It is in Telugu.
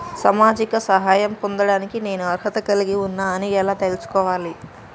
సామాజిక సహాయం పొందడానికి నేను అర్హత కలిగి ఉన్న అని ఎలా తెలుసుకోవాలి?